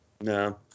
No